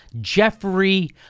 Jeffrey